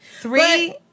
Three